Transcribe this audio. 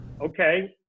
Okay